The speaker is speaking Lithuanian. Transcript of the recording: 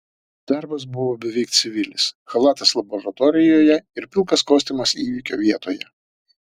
darbas buvo beveik civilis chalatas laboratorijoje ir pilkas kostiumas įvykio vietoje